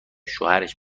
شوهرش